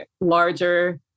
larger